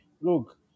Look